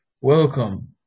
Welcome